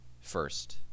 first